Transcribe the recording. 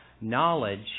knowledge